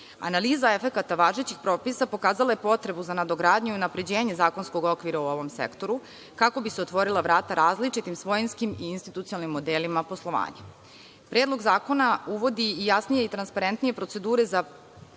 Analiza efekata važećih propisa pokazala je potrebu za nadogradnju i unapređenje zakonskog okvira ovog sektora kako bi se otvorila vrata različitim svojinskim i institucionalnim modelima poslovanja. Predlog zakona uvodi i jasnije i transparentniji procedure za